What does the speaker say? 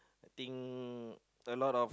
thing a lot of